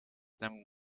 them